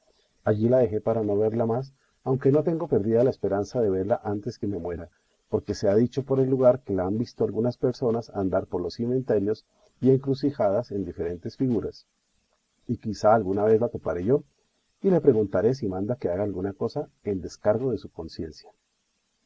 allí la dejé para no verla más aunque no tengo perdida la esperanza de verla antes que me muera porque se ha dicho por el lugar que la han visto algunas personas andar por los cimenterios y encrucijadas en diferentes figuras y quizá alguna vez la toparé yo y le preguntaré si manda que haga alguna cosa en descargo de su conciencia